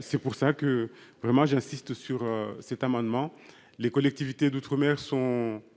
C'est pour ça que vraiment j'insiste sur cet amendement les collectivités d'outre-mer sont.